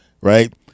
right